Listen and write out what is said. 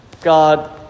God